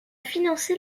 financé